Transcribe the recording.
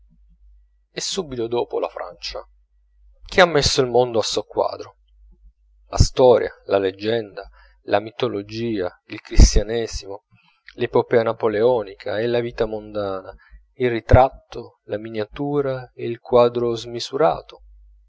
e subito dopo la francia che ha messo il mondo a soqquadro la storia la leggenda la mitologia il cristianesimo l'epopea napoleonica e la vita mondana il ritratto la miniatura e il quadro smisurato